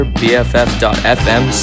bff.fm